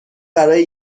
برای